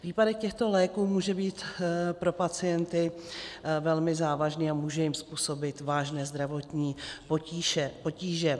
Výpadek těchto léků může být pro pacienty velmi závažný a může jim způsobit vážné zdravotní potíže.